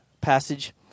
passage